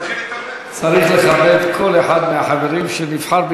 צריך לכבד כל אחד מהחברים שנבחר,